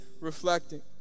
reflecting